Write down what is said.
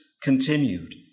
continued